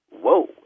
whoa